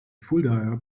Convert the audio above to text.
fuldaer